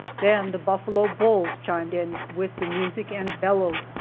then the buffalo bulls chimed in with the music and bellowed,